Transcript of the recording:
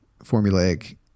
formulaic